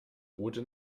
route